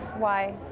why?